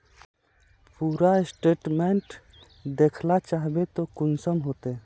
पूरा स्टेटमेंट देखला चाहबे तो कुंसम होते?